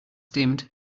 dimmed